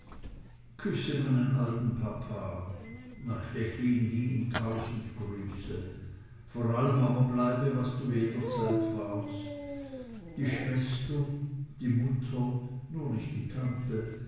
küsse meinen alten papa nach stechlin hin tausend grüße vor allem aber bleibe was du jederzeit warst die schwester die mutter nur nicht die tante